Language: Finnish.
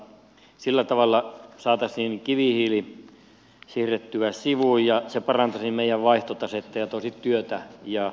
sillä tavalla saataisiin kivihiili siirrettyä sivuun ja se parantaisi meidän vaihtotasetta ja toisi työtä ja toimeentuloa alueille